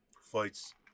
Fights